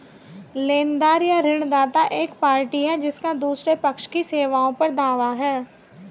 लेनदार या ऋणदाता एक पार्टी है जिसका दूसरे पक्ष की सेवाओं पर दावा है